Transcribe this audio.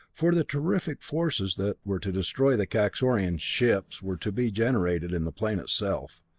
for the terrific forces that were to destroy the kaxorian ships were to be generated in the plane itself.